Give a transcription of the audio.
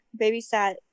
babysat